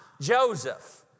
Joseph